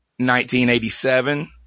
1987